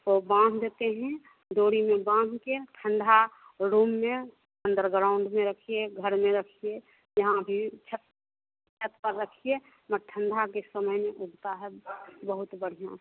उसको बांध देते है डोरी में बांध के ठंडा रूम में अन्डर ग्राउन्ड में रखिए घर में रखिए यहाँ भी छत छत पर रखिए ठंडा के समय में उगता है बहुत बढ़ियाँ